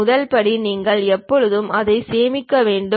முதல் படி நீங்கள் எப்போதும் அதை சேமிக்க வேண்டும்